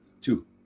two